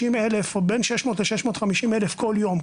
בין 600 ל-650 אלף כל יום.